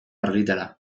argitara